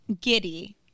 giddy